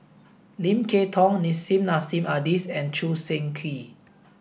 Lim Kay Tong Nissim Nassim Adis and Choo Seng Quee